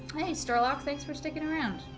hates door lock thanks for sticking around